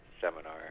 seminar